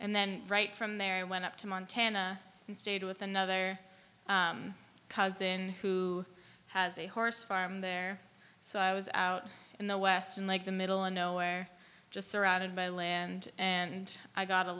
and then right from there i went up to montana and stayed with another cousin who has a horse farm there so i was out in the western like the middle of nowhere just surrounded by land and i got